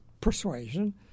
persuasion